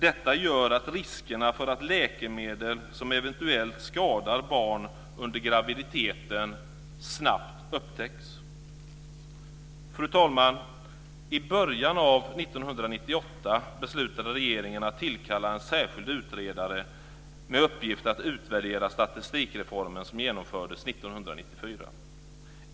Detta gör att riskerna för att läkemedel eventuellt skadar barn under graviditeten snabbt upptäcks. Fru talman! I början av 1998 beslutade regeringen att tillkalla en särskild utredare med uppgift att utvärdera statistikreformen som genomfördes 1994.